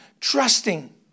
trusting